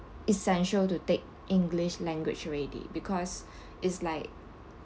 essential to take english language already because it's like